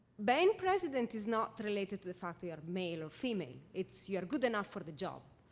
being president is not related to the fact we are male or female, it's you're good enough for the job.